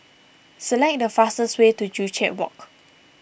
select the fastest way to Joo Chiat Walk